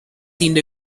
seemed